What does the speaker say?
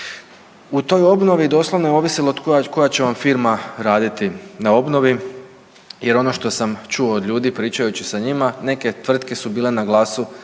U toj obnovi doslovno je ovisilo koja će vam firma raditi na obnovi, jer ono što sam čuo od ljudi pričajući sa njima neke tvrtke su bile na glasu